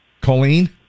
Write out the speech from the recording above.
colleen